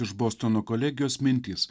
iš bostono kolegijos mintys